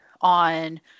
on